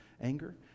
anger